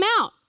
out